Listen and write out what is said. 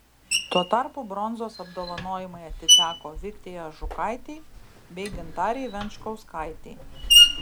tuo tarpu bronzos apdovanojimai atiteko viktei ažukaitei bei gintarei venčkauskaitei